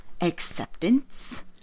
acceptance